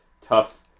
tough